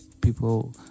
people